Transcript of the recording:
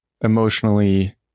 emotionally